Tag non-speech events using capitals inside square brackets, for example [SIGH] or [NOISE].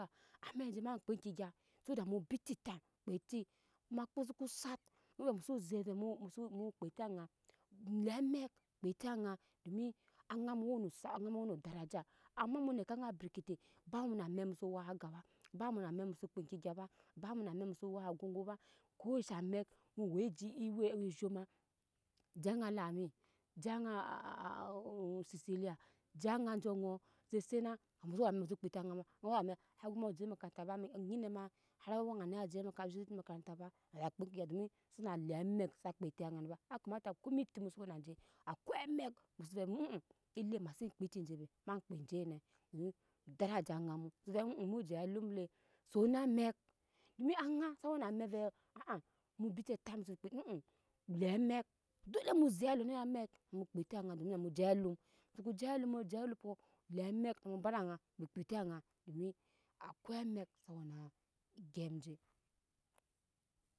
Amɛk je ma kpa eŋke gya su dat mu biting time kpɛ ti ko ma kpɛ su ko sat munyi ve muso zek ve mu muso kpe eti aŋa mule amɛk kpɛ ti aŋa domi aŋa mu wenu sap weno dara je ama mu neke aŋa berkete ba mu na amekk muso wak aga ba bamu na emɛk muso kpe eŋke gya bamu na amɛk muso wak agogo ba ko esha mɛk mu wa awi ji awi zhoma je aŋa lami je aŋa [HESITATION] osisily je aŋa ju ŋoɔ ju sena musu wena me musu wena amɛk hara awɛ mu wa je mmakata ba me hari anyina ma hari awɛŋa ni waje makata a zhora de maata ba haze kpa eŋke gya domisana le amɛk sa kpa ana ni ba a kamata komi eti muso wenaje a koy amek muso ve [HESITATION] ele ma se kpw eti be ma kpɛ jene domi dara ja oŋa mu muso ve [HESITATION] muje alum le son na mɛk domi aŋa sa wen amɛk ve [HESITATION] mu vice muso [HESITATION] le emɛk dole mu zere aluɔ neye amɛk dole mu zere aluɔ neye amɛk mukpe eti aŋa domi ve mu je alumpɔ le amɛk mu ba da aŋa bu kpe̱ eti aŋa domi akoy amɛk sa wena egyap je.